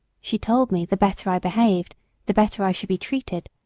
she told me the better i behaved the better i should be treated,